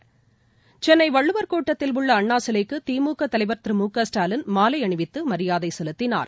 கென்னை வள்ளுவர் கோட்டத்தில் உள்ள அண்ணா சிலைக்கு திமுக தலைவர் திரு மு க ஸ்டாலின் மாலை அணிவித்து மரியாதை செலுத்தினார்